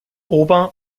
ober